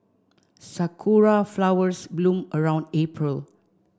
sakura flowers bloom around April